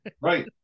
right